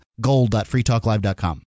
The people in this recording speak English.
Gold.freetalklive.com